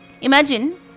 Imagine